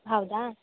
ಹೌದಾ